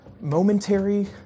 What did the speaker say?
momentary